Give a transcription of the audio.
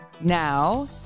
Now